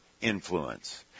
influence